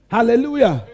Hallelujah